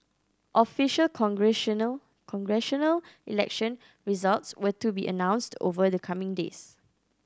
official congressional election results were to be announced over the coming days